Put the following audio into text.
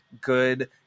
good